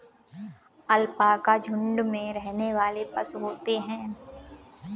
alpaca झुण्ड में रहने वाले पशु होते है